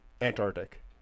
Antarctic